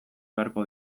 beharko